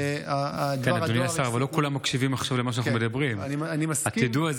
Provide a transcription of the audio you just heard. דבר הדואר, אדוני